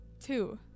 Two